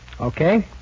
Okay